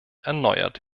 erneuert